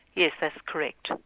yes, that's correct.